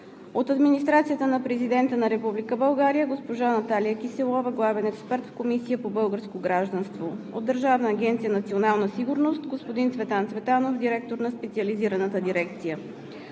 от Администрацията на Президента на Република България: госпожа Наталия Киселова – главен експерт в Комисията по българско гражданство; от Държавна агенция „Национална сигурност“: господин Цветан Цветанов – директор на Специализираната дирекция;